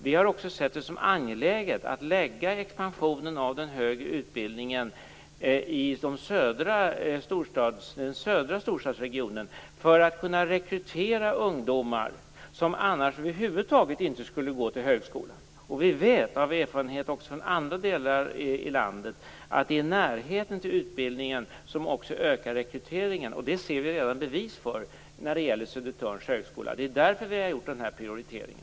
Vi har sett det som angeläget att lägga expansionen av den högre utbildningen i den södra storstadsregionen för att kunna rekrytera ungdomar som annars över huvud taget inte skulle söka sig till högskolan. Vi vet av erfarenhet från andra delar av landet att det är närheten till utbildningen som ökar rekryteringen. Det ser vi redan bevis för i fråga om Södertörns högskola. Det är därför vi har gjort prioriteringen.